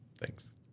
Thanks